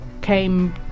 came